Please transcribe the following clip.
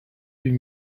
deux